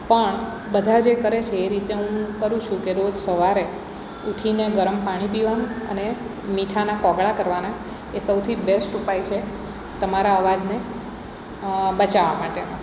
પણ બધા જે કરે છે એ રીતે હું કરું છું કે રોજ સવારે ઊઠીને ગરમ પાણી પીવાનું અને મીઠાના કોગળા કરવાના એ સૌથી બેસ્ટ ઉપાય છે તમારા અવાજને બચાવવા માટે